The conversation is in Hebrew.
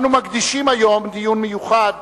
אנו מקדישים היום דיון מיוחד